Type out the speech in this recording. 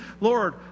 Lord